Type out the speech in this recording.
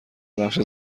بخش